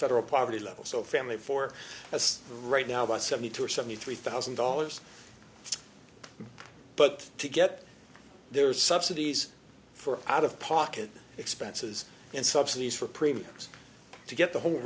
federal poverty level so family of four that's right now about seventy two or seventy three thousand dollars but to get there subsidies for out of pocket expenses and subsidies for premiums to get the whole